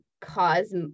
cause